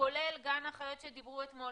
כולל גן החיות שדיברו אתמול,